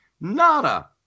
Nada